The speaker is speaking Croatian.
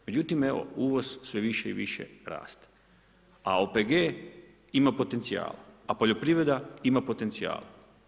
Međutim evo uvoz sve više i više raste, a OPG ima potencijala, a poljoprivreda ima potencijala.